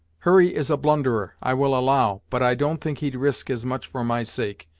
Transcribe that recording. hurry is a blunderer, i will allow, but i don't think he'd risk as much for my sake,